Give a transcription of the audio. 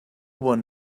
one